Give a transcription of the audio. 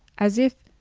as if,